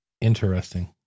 Interesting